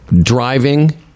driving